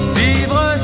vivre